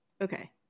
Okay